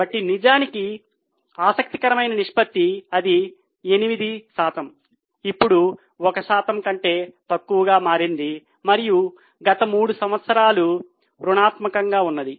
కాబట్టి నిజంగా ఆసక్తికరమైన నిష్పత్తి అది 8 శాతం అప్పుడు 1 శాతం కంటే తక్కువగా మారింది మరియు ఇది గత మూడు సంవత్సరములు రుణాత్మకం గా ఉన్నది